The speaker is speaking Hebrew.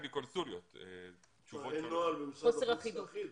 חוסר אחידות.